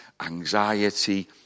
anxiety